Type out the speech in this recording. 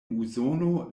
usono